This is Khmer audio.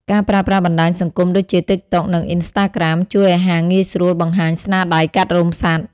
ការប្រើប្រាស់បណ្ដាញសង្គមដូចជា TikTok និង Instagram ជួយឱ្យហាងងាយស្រួលបង្ហាញស្នាដៃកាត់រោមសត្វ។